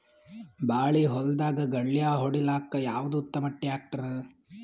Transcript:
ಬಾಳಿ ಹೊಲದಾಗ ಗಳ್ಯಾ ಹೊಡಿಲಾಕ್ಕ ಯಾವದ ಉತ್ತಮ ಟ್ಯಾಕ್ಟರ್?